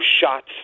shots